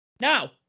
Now